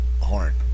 horn